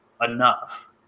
enough